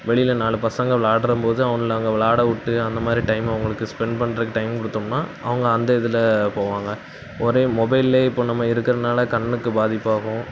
வெளியில் நாலு பசங்க விளாட்றம் போது அவங்கள அங்கே விளாடவுட்டு அந்த மாதிரி டைம் அவங்களுக்கு ஸ்பெண்ட் பண்ணுறதுக்கு டைம் கொடுத்தோம்னா அவங்க அந்த இதில் போவாங்க ஒரே மொபைல்லே இப்போ நம்ம இருக்கிறதுனால கண்ணுக்கு பாதிப்பாகும்